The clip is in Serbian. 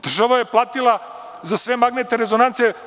Država je platila za sve magnetne rezonance.